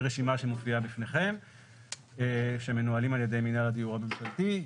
רשימה שמופיעה בפניכם שמנוהלים על ידי מנהל הדיור הממשלתי,